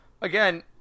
again